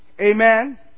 Amen